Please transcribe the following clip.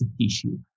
tissue